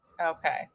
Okay